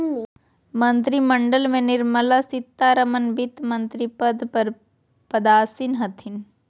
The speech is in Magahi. मंत्रिमंडल में निर्मला सीतारमण वित्तमंत्री पद पर पदासीन हथिन